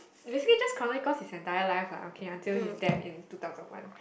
basically just cause he is entire life lah until he death in two thousand one